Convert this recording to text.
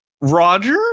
roger